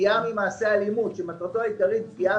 "פגיעה ממעשה אלימות שמטרתו העיקרית פגיעה